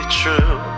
true